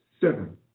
Seven